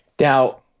Now